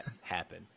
happen